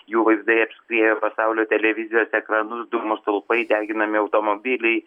jų vaizdai apskriejo pasaulio televizijos ekranus dūmų stulpai deginami automobiliai